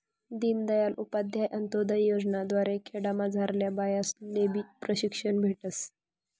दीनदयाल उपाध्याय अंतोदय योजना द्वारे खेडामझारल्या बायास्लेबी प्रशिक्षण भेटस